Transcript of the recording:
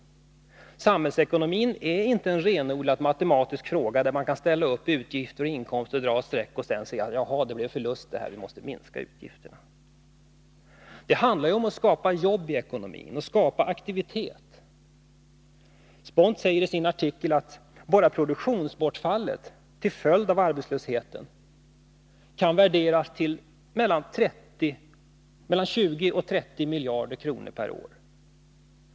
Samhällsekonomin är inte en renodlat matematisk fråga. Man kan inte bara ställa upp utgifter och inkomster och dra ett streck och sedan säga: Jaha, det blir förlust. Vi måste minska utgifterna. Det handlar om att skapa jobb och att skapa aktivitet i ekonomin. Spånt säger i sin artikel att enbart produktionsbortfallet till följd av arbetslösheten kan värderas till 20-30 miljarder kronor per år.